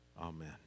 Amen